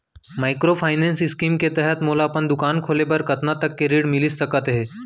Microfinance scheme के तहत मोला अपन दुकान खोले बर कतना तक के ऋण मिलिस सकत हे?